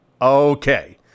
Okay